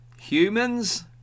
Humans